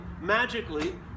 magically